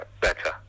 better